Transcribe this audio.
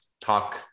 talk